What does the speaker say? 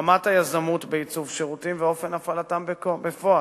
על רמת היזמות בעיצוב שירותים ועל אופן הפעלתם בפועל.